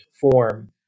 form